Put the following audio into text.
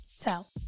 tell